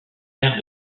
sert